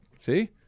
See